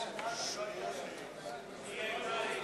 מירי רגב,